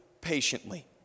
patiently